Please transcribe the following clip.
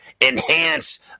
enhance